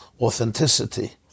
authenticity